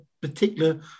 particular